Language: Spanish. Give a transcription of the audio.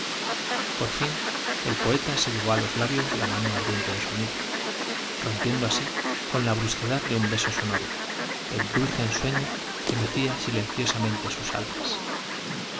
por fin el poeta se llevó á los labios la mano ardiente de su amiga rompiendo así con la brus quedad de un beso sonoro el dulce ensueño que mecía silenciosamente sus almas